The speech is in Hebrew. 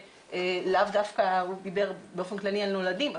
דיבר באופן כללי על נולדים,